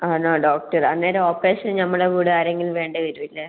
ആണോ ഡോക്ടർ അന്നേരം ഓപ്പറേഷന് നമ്മളുടെ കൂടെ ആരെങ്കിലും വേണ്ട വരില്ലേ